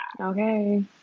Okay